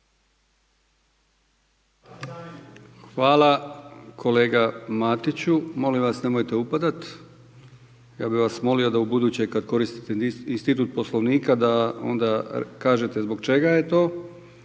Hvala kolega Matiću. Molim vas nemojte upadati. Ja bih vas molio da ubuduće kada koristite institut Poslovnika da onda kažete zbog čega je to.